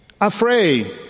afraid